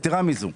יתרה מזו.